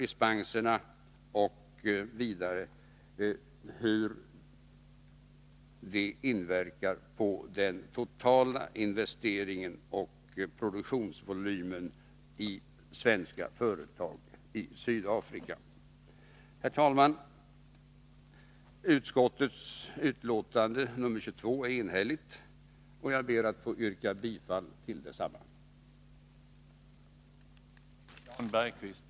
Vidare bör redovisas hur de inverkar på den totala investeringen och produktionsvolymen i svenska företag i Sydafrika. Herr talman! Utrikesutskottets betänkande nr 22 är enhälligt, och jag ber att få yrka bifall till utskottets hemställan.